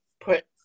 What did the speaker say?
put